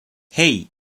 hey